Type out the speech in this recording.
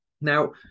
Now